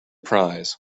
prize